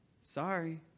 Sorry